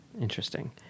Interesting